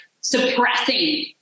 suppressing